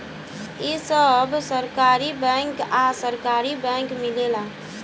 इ सब सहकारी बैंक आ सरकारी बैंक मिलेला